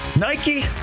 nike